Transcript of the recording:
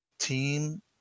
team